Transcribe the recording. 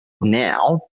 now